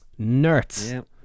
Nerds